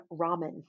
ramen